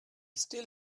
still